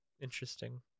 Interesting